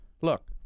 Look